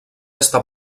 està